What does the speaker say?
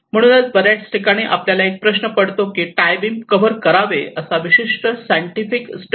म्हणूनच बर्याच ठिकाणी आपल्याला एक प्रश्न पडतो की टाय बीम कव्हर करावे असा विशिष्ट सायंटिफिक स्टडी आहे का